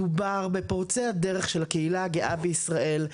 מדובר פה בפורצי הדרך של הקהילה הגאה בישראל,